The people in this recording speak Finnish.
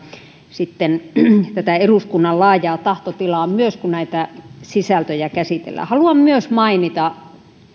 eduskunnan laajaa tahtotilaa myös kun näitä sisältöjä käsitellään haluan myös mainita